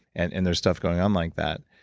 and and there's stuff going on like that.